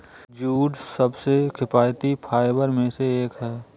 jute सबसे किफायती fibre में से एक है